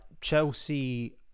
Chelsea